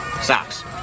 Socks